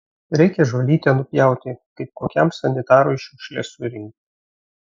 reikia žolytę nupjauti kaip kokiam sanitarui šiukšles surinkti